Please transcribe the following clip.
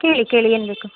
ಕೇಳಿ ಕೇಳಿ ಏನು ಬೇಕು